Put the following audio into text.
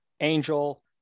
Angel